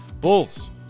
Bulls